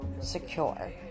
secure